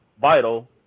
vital